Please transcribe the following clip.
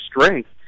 strength